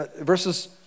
Verses